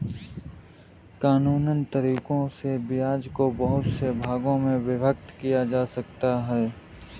कानूनन तरीकों से ब्याज को बहुत से भागों में विभक्त किया जा सकता है